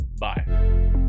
Bye